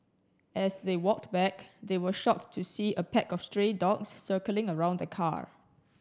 as they walked back they were shocked to see a pack of stray dogs circling around the car